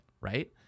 right